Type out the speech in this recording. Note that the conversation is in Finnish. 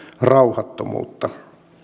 rauhattomuutta